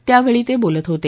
त्यावेळी ते बोलत होते